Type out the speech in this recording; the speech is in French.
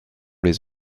les